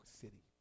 City